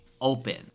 open